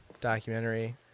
documentary